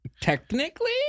Technically